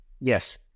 Yes